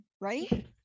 right